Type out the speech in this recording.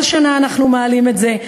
כל שנה אנחנו מעלים את זה,